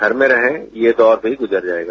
घर में रहें ये दौर भी गुजर जायेगा